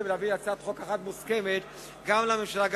ולהביא להצעת חוק אחת מוסכמת גם על הממשלה,